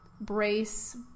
brace